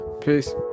Peace